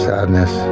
Sadness